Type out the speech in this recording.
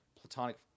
platonic